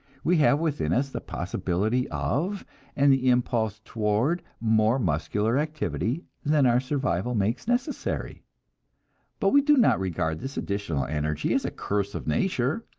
we have within us the possibility of and the impulse toward more muscular activity than our survival makes necessary but we do not regard this additional energy as a curse of nature,